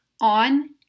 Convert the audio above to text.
on